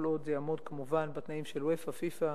כל עוד זה יעמוד בתנאים של וופ"א ופיפ"א,